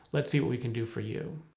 let's see what we can do for you.